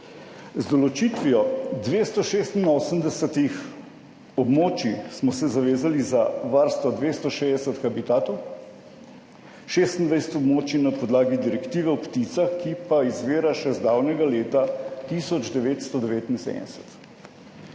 Z določitvijo 286. območij, smo se zavezali za varstvo 260 habitatov, 26 območij na podlagi direktive o pticah, ki pa izvira še iz davnega leta 1979.